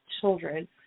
children